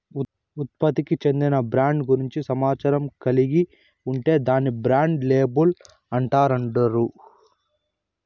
ఉత్పత్తికి చెందిన బ్రాండ్ గూర్చి సమాచారం కలిగి ఉంటే దాన్ని బ్రాండ్ లేబుల్ అంటాండారు